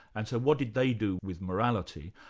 and so what did they do with morality?